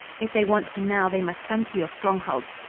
if they want him now, they must come to your strongholds.